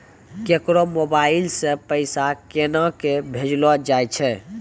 केकरो मोबाइल सऽ पैसा केनक भेजलो जाय छै?